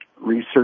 research